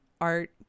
art